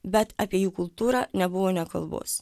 bet apie jų kultūrą nebuvo nė kalbos